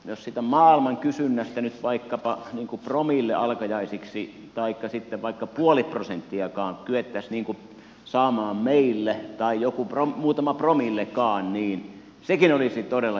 jos siitä maailman kysynnästä nyt vaikkapa promille alkajaisiksi taikka sitten vaikka puoli prosenttiakaan kyettäisiin saamaan meille tai muutama promillekaan niin sekin olisi todella iso asia